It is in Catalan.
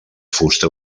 fusta